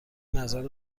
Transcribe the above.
نظر